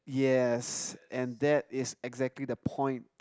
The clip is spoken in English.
yes and that is exactly the point